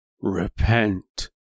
Repent